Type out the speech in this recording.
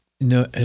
no